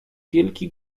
wielki